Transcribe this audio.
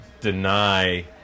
deny